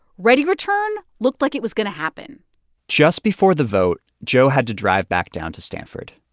readyreturn looked like it was going to happen just before the vote, joe had to drive back down to stanford.